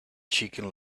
chicken